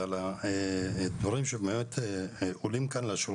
ההצעה למיזוג הצעת החוק של חבר הכנסת אופיר כץ עם הצעת